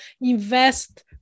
invest